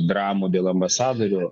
dramų dėl ambasadorių